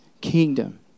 kingdom